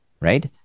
right